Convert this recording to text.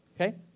Okay